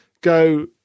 go